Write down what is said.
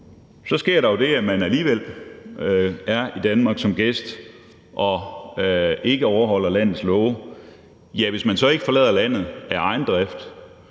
Der sker jo så det, når man er i Danmark som gæst og ikke overholder landets love, at hvis man ikke forlader landet af egen drift